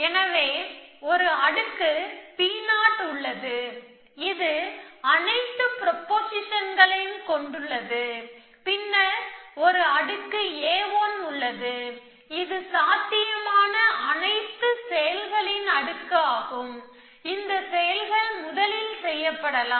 எனவே ஒரு அடுக்கு P0 உள்ளது இது அனைத்து ப்ரொபொசிஷன்களையும் கொண்டுள்ளது பின்னர் ஒரு அடுக்கு A1 உள்ளது இது சாத்தியமான அனைத்து செயல்களின் அடுக்கு ஆகும் இந்த செயல்கள் முதலில் செய்யப்படலாம்